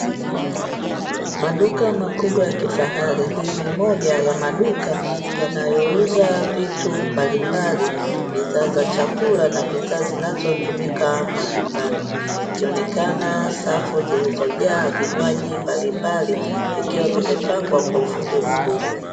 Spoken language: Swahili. Maduka makubwa ya kifahari; hii ni moja ya maduka yanayouza vitu mbalimbali, bidhaa za chakula na bidhaa zinazotumika majumbani. Ikionekana safu zilizojaa vinywaji mbalimbali vikiwa vimepangwa kwa ufundi mkubwa.